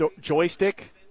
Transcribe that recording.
joystick